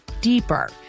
deeper